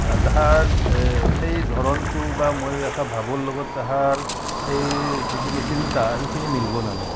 আ তাহাৰ সেই ধৰণটো বা মই লেখা ভাৱৰ লগত তাহাৰ সেই যিখিনি চিন্তা সেইখিনি মিলিবনে নাই